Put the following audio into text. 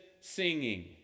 singing